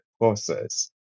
process